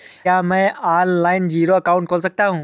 क्या मैं online zero account खोल सकता हूँ?